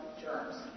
germs